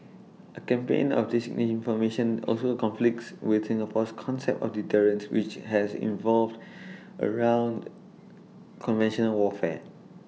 A campaign of disinformation also conflicts with Singapore's concept of deterrence which has involved around conventional warfare